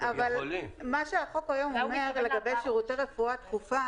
אבל החוק היום אומר לגבי שירותי רפואה דחופה